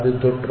அது தொற்று